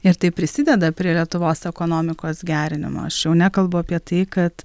ir tai prisideda prie lietuvos ekonomikos gerinimo aš jau nekalbu apie tai kad